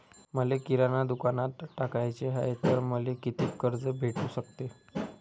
मले किराणा दुकानात टाकाचे हाय तर मले कितीक कर्ज भेटू सकते?